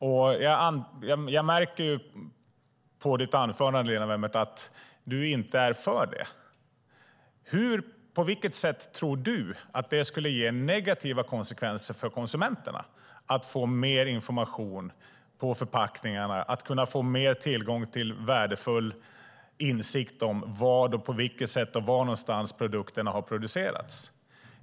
Om det nu kommer ett läge där det införs, på vilket sätt tror hon att det skulle ge negativa konsekvenser för konsumenterna att få mer information på förpackningarna och värdefull insikt om på vilket sätt och var någonstans produkterna har producerats?